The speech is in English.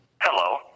Hello